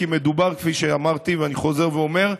כפי שאמרתי ואני חוזר ואומר,